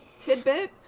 tidbit